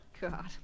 God